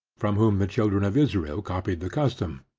from whom the children of israel copied the custom.